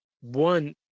one